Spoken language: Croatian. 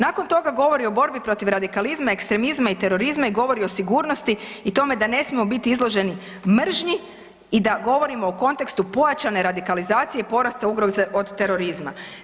Nakon toga govori o borbi protiv radikalizma, ekstremizma i terorizma i govori o sigurnosti i tome da ne smijemo biti izloženi mržnji i da govorimo u kontekstu pojačane radikalizacije porasta ugroze od terorizma.